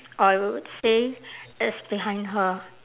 I would say it's behind her